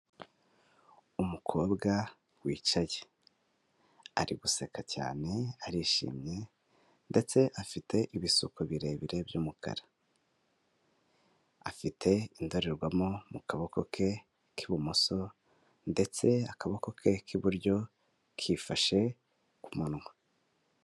Umukobwa wicaye, ari guseka cyane arishimye ndetse afite ibisuko birebire by'umukara, afite indorerwamo mu kaboko ke k'ibumoso ndetse akaboko ke k'iburyo kifashe ku munwa.